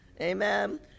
Amen